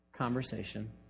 conversation